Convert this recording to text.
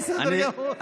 בסדר גמור.